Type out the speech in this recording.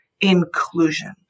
inclusion